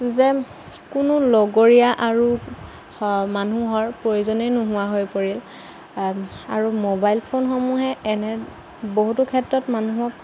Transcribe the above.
যেন কোনো লগৰীয়া আৰু হ মানুহৰ প্ৰয়োজনেই নোহোৱা হৈ পৰিল আৰু মবাইল ফোনসমূহে এনে বহুতো ক্ষেত্ৰত মানুহক